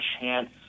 chance